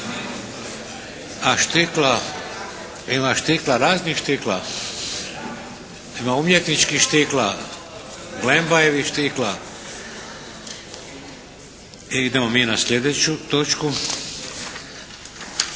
A štikla? Ima štikla raznih štikla. Ima umjetničkih štikla. Glembajevih štikla. I idemo mi na sljedeću točku